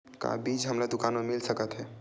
का बीज हमला दुकान म मिल सकत हे?